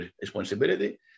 responsibility